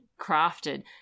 crafted